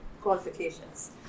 qualifications